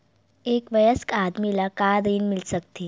एक वयस्क आदमी ल का ऋण मिल सकथे?